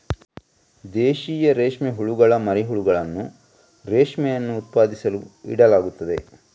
ದೇಶೀಯ ರೇಷ್ಮೆ ಹುಳುಗಳ ಮರಿ ಹುಳುಗಳನ್ನು ರೇಷ್ಮೆಯನ್ನು ಉತ್ಪಾದಿಸಲು ಇಡಲಾಗುತ್ತದೆ